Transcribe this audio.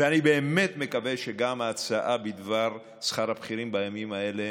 אני באמת מקווה שגם ההצעה בדבר שכר הבכירים בימים האלה